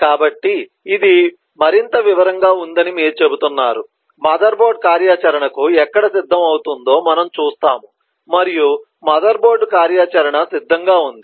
కాబట్టి ఇది మరింత వివరంగా ఉందని మీరు చెబుతున్నారు మదర్బోర్డు కార్యాచరణకు ఎక్కడ సిద్ధం అవుతుందో మనము చూస్తాము మరియు మదర్బోర్డు కార్యాచరణ సిద్ధంగా ఉంది